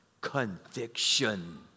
conviction